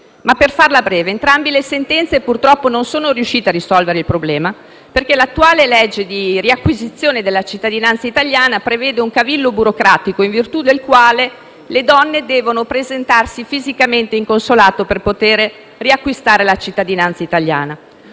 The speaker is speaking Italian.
Per farla breve, entrambe le sentenze - purtroppo - non sono riuscite a risolvere il problema, perché l'attuale legge di riacquisizione della cittadinanza italiana contiene un cavillo burocratico in virtù del quale le donne devono presentarsi fisicamente in consolato per poter acquistare la cittadinanza italiana.